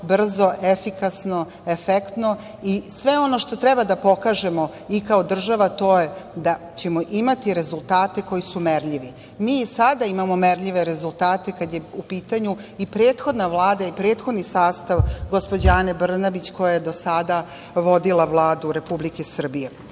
brzo, efikasno, efektno i sve ono što treba da pokažemo kao država to je da ćemo imati rezultate koji su merljivi. Mi i sada imamo merljive rezultate kada je u pitanju i prethodna Vlada i prethodni sastav gospođe Ane Brnabić koja je do sada vodila Vladu Republike Srbije. Kada